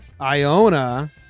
Iona